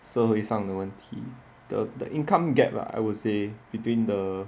社会上的问题 the the income gap lah I would say between the